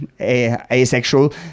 Asexual